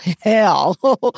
hell